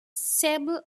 sable